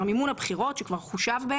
מימון הבחירות כבר חושב.